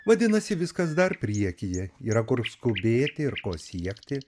vadinasi viskas dar priekyje yra kur skubėti ir ko siekti